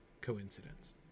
coincidence